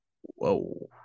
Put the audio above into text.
whoa